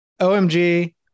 OMG